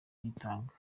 bitanga